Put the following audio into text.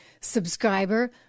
subscriber